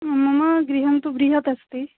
मम गृहं तु बृहत् अस्ति